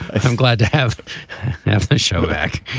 i'm glad to have the show back